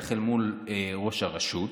בטח אל מול ראש הרשות,